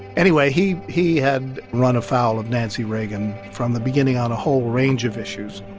anyway, he he had run afoul of nancy reagan from the beginning on a whole range of issues.